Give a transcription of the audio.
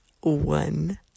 one